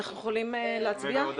אנחנו יכולים להצביע?